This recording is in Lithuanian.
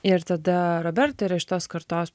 ir tada robertą ir iš tos kartos